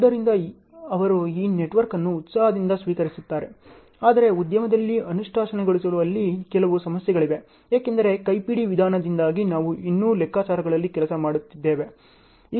ಆದ್ದರಿಂದ ಅವರು ಈ ನೆಟ್ವರ್ಕ್ ಅನ್ನು ಉತ್ಸಾಹದಿಂದ ಸ್ವೀಕರಿಸುತ್ತಾರೆ ಆದರೆ ಉದ್ಯಮದಲ್ಲಿ ಅನುಷ್ಠಾನಗೊಳಿಸುವಲ್ಲಿ ಕೆಲವು ಸಮಸ್ಯೆಗಳಿವೆ ಏಕೆಂದರೆ ಕೈಪಿಡಿ ವಿಧಾನದಿಂದಾಗಿ ನಾವು ಇನ್ನೂ ಲೆಕ್ಕಾಚಾರದಲ್ಲಿ ಕೆಲಸ ಮಾಡುತ್ತಿದ್ದೇವೆ